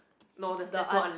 no there's there's no unle~